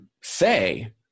say